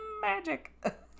magic